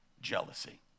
Jealousy